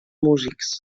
músics